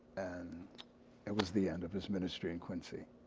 and it was the end of his ministry in quincy.